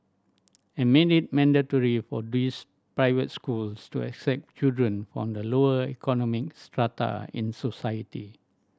and make it mandatory for these private schools to accept children from the lower economic strata in society